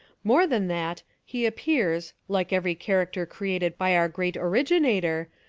more than that, he appears, like every character created by our great originator,